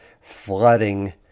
flooding